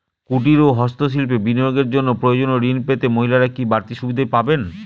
কুটীর ও হস্ত শিল্পে বিনিয়োগের জন্য প্রয়োজনীয় ঋণ পেতে মহিলারা কি বাড়তি সুবিধে পাবেন?